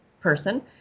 person